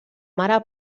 mare